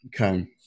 Okay